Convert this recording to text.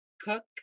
Cook